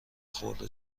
خرد